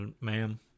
Ma'am